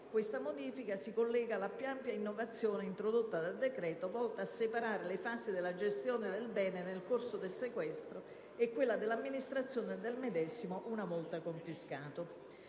Questa modifica si collega alla più ampia innovazione introdotta dal decreto, volta a separare le fasi della gestione del bene nel corso del sequestro e quella dell'amministrazione del medesimo una volta confiscato.